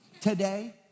today